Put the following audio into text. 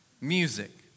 music